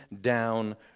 down